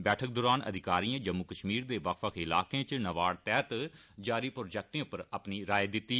बैठक दौरान अधिकारियें जम्म कश्मीर दे बक्ख बक्ख इलार्के च नाबार्ड तैहत जारी प्रोजैक्टे पर अपनी राय दिती